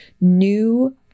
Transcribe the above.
new